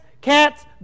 cats